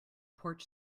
porch